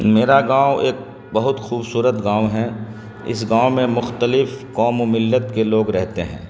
میرا گاؤں ایک بہت خوبصورت گاؤں ہے اس گاؤں میں مختلف قوم و ملت کے لوگ رہتے ہیں